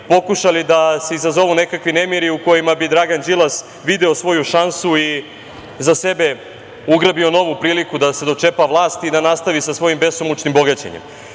pokušali da se izazovu neki nemiri u kojima bi Dragan Đilas video svoju šansu i za sebe ugrabio novu priliku da se dočepa vlasti i da nastavi sa svojim besomučnim bogaćenjem. Ja